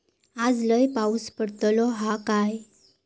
आज लय पाऊस पडतलो हा काय?